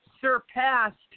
surpassed